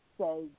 say